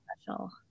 special